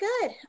good